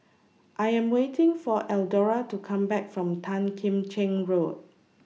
I Am waiting For Eldora to Come Back from Tan Kim Cheng Road